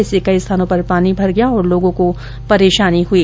इससे कई स्थानों पर पानी भर गया और लोगो को परेशानी हुई